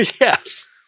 Yes